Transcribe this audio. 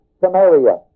Samaria